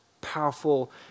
powerful